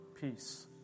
peace